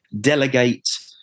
delegate